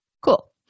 Cool